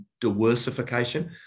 diversification